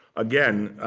again,